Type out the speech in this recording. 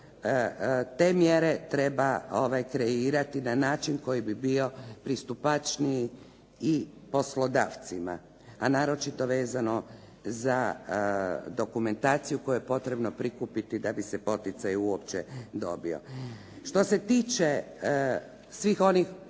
te mjere treba kreirati na način koji bi bio pristupačniji i poslodavcima, a naročito vezano za dokumentaciju koju je potrebno prikupiti da bi se poticaj uopće dobio. Što se tiče svih onih